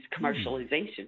commercialization